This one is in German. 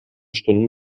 stunden